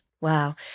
Wow